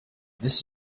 this